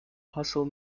hassle